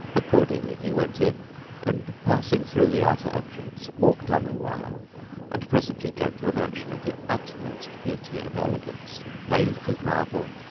accordingly he went in and, passing through the outer entrance, walked on a while and presently came to a mansion of the utmost beauty and elegance, paved with marble,